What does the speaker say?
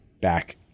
back